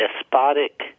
despotic